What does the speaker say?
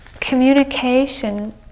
Communication